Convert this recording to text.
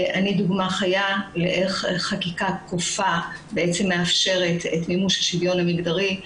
אני דוגמא חיה לאיך חקיקה כופה בעצם מאפשרת את מימוש השוויון המגדרי.